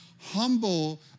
humble